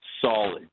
Solid